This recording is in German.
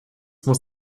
muss